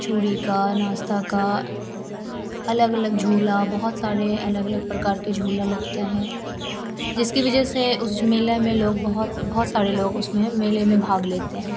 चूड़ी का नाश्ता का अलग अलग झूला बहुत सारे अलग अलग प्रकार का झूला लगता है जिसकी वज़ह से उस मेले में लोग बहुत बहुत सारे लोग उसमें है मेले में भाग लेते हैं